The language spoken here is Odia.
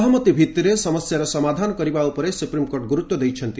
ସହମତି ଭିଭିରେ ସମସ୍ୟାର ସମାଧାନ କରିବା ଉପରେ ସୁପ୍ରିମକୋର୍ଟ ଗୁରୁତ୍ୱ ଦେଇଛନ୍ତି